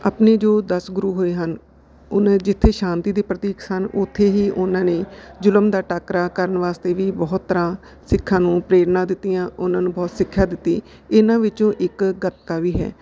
ਆਪਣੇ ਜੋ ਦਸ ਗੁਰੂ ਹੋਏ ਹਨ ਉਹਨਾਂ ਜਿੱਥੇ ਸ਼ਾਂਤੀ ਦੇ ਪ੍ਰਤੀਕ ਸਨ ਉੱਥੇ ਹੀ ਉਹਨਾਂ ਨੇ ਜ਼ੁਲਮ ਦਾ ਟਾਕਰਾ ਕਰਨ ਵਾਸਤੇ ਵੀ ਬਹੁਤ ਤਰ੍ਹਾਂ ਸਿੱਖਾਂ ਨੂੰ ਪ੍ਰੇਰਨਾ ਦਿੱਤੀਆਂ ਉਹਨਾਂ ਨੂੰ ਬਹੁਤ ਸਿੱਖਿਆ ਦਿੱਤੀ ਇਹਨਾਂ ਵਿੱਚੋਂ ਇੱਕ ਗਤਕਾ ਵੀ ਹੈ